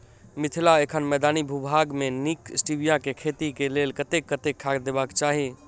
मिथिला एखन मैदानी भूभाग मे नीक स्टीबिया केँ खेती केँ लेल कतेक कतेक खाद देबाक चाहि?